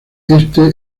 este